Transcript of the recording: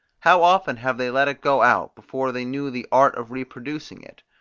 how often have they let it go out, before they knew the art of reproducing it?